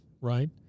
right